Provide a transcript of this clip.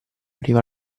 arriva